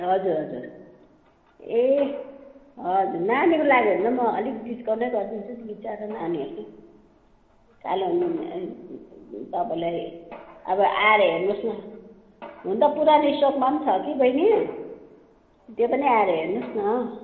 हजुर हजुर ए हजुर नानीको लागि हो भने त अलिक डिस्काउन्टै गरिदिन्छु नि बिचरा नानीहरू कालो नुनिया तपाईँलाई अब आएर हेर्नु होस् न हुनु त पुरानो स्टकमा छ कि बहिनी त्यो पनि आएर हेर्नु होस् न